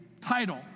title